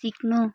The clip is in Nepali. सिक्नु